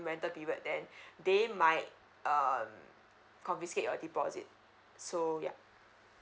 rental period then they might um confiscate your deposit so yup